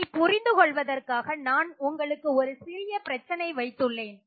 இதை புரிந்து கொள்வதற்காக நான் உங்களுக்கு ஒரு சிறிய பிரச்சனையை வைத்துள்ளேன்